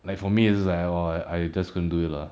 like for me is just like orh I just couldn't do it lah